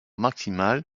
maximale